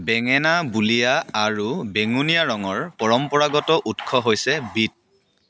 বেঙেনা বুলীয়া আৰু বেঙুনীয়া ৰঙৰ পৰম্পৰাগত উৎস হৈছে বীট